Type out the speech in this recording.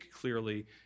clearly